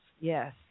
Yes